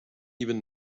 even